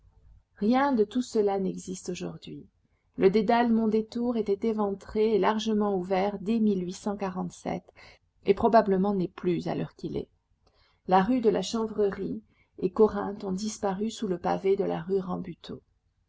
rien de tout cela n'existe aujourd'hui le dédale mondétour était éventré et largement ouvert dès et probablement n'est plus à l'heure qu'il est la rue de la chanvrerie et corinthe ont disparu sous le pavé de la rue rambuteau